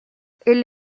elle